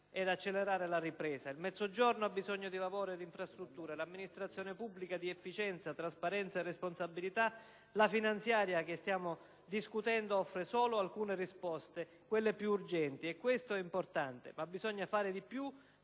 ed accelerare la ripresa, il Mezzogiorno ha bisogno di lavoro e di infrastrutture, l'amministrazione pubblica di efficienza, trasparenza e responsabilità. La finanziaria che stiamo discutendo offre solo alcune risposte, quelle più urgenti, e questo è importante; ma bisogna fare di più,